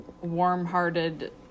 warm-hearted